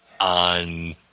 on